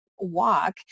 Walk